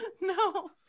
No